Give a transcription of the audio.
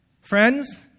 Friends